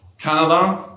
Canada